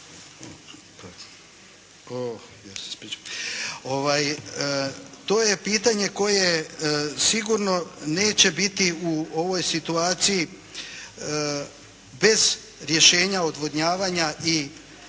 to je pitanje koje sigurno neće biti u ovoj situaciji bez rješenja odvodnjavanja i